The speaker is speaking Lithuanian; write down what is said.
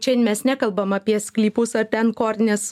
čia mes nekalbam apie sklypus ar ten korines